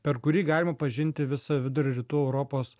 per kurį galima pažinti visą vidurio rytų europos